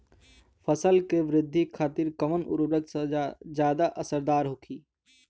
फसल के वृद्धि खातिन कवन उर्वरक ज्यादा असरदार होखि?